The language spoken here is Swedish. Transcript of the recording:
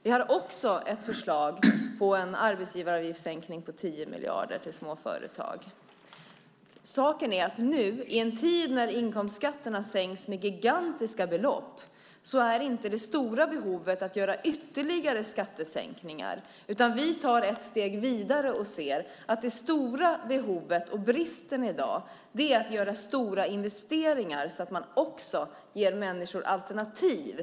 Vi har också ett förslag på en arbetsgivaravgiftssänkning på 10 miljarder till små företag. Saken är att nu i en tid när inkomstskatterna sänks med gigantiska belopp är inte det stora behovet att göra ytterligare skattesänkningar, utan vi tar ett steg vidare och ser att det stora behovet - och bristen i dag - är att göra stora investeringar så att man också ger människor alternativ.